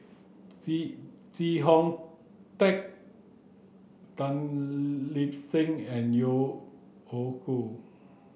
Hong Tat Tan Lip Seng and Yeo Hoe Koon